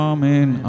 Amen